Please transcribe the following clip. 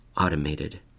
automated